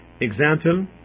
Example